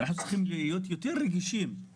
אנחנו צריכים להיות יותר רגישים.